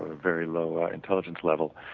very low intelligence level.